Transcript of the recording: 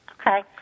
Okay